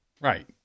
Right